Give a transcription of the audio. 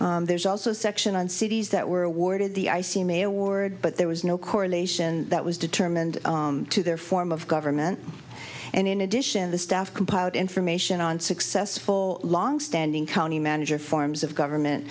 there's also section on cities that were awarded the i c mail ward but there was no correlation that was determined to their form of government and in addition the staff compiled information on successful long standing county manager forms of government